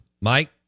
Mike